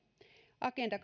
agenda